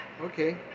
Okay